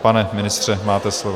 Pane ministře, máte slovo.